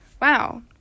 wow